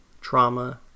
trauma